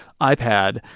ipad